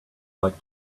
like